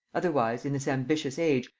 otherwise, in this ambitious age,